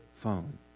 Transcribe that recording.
phone